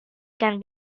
can